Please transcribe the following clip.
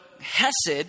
hesed